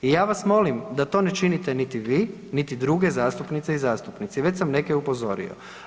I ja vas molim da to ne činite niti vi niti drugi zastupnice i zastupnici, već sam neke upozorio.